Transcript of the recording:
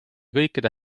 kõikide